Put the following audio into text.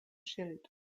schild